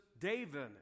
David